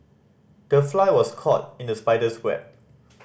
the fly was caught in the spider's web